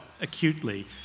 acutely